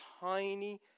tiny